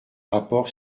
rapport